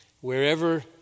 Wherever